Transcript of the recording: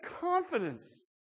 confidence